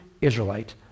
Israelite